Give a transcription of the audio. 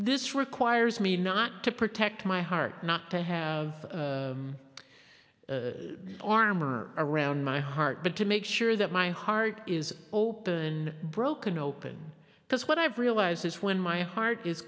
this requires me not to protect my heart not to have armor around my heart but to make sure that my heart is open broken open because what i've realized is when my heart is